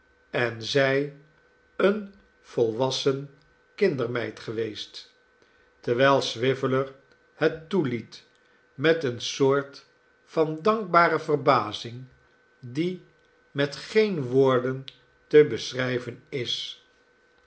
en zij eene volwassene kindermeid geweest terwijl swiveller het toeliet met eene soort van dankbare verbazing die met geene woorden te beschrijven is